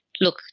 Look